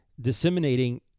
disseminating